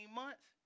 months